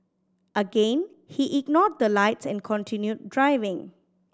again he ignored the lights and continued driving